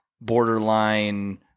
borderline